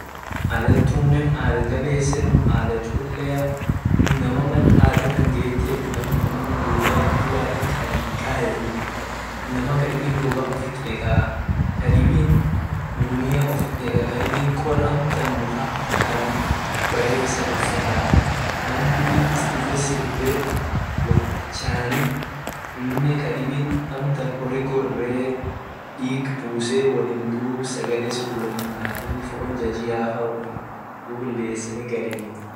Ada tunne ada jabesenu ada cholea inama mal ada tun gete woya duran kayet hinkayetuu inama kadibi goga ufit nekaa kadibin gunia ufit neketaa kadibin kol ak muka kan baresa isa dofetaa namkulli dufe sirbe wot chachani amine kadibin amtan hori goree dig buseni sagale sun dub wolin nyateni fon jajia fa wolin lwseni galenii.